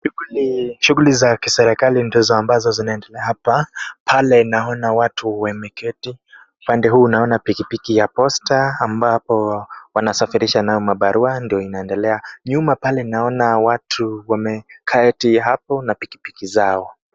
Huku ni shughuli za kiserekila ndizo ambazo zinaendelea hapa. pale naona watu wameketi, upande huu naona pikipiki ya posta ambapo wanasafirisha nayo mabarua ndio inaendelea. Nyuma pale naona watu wameketi hapo na pikipiki zao.